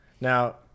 Now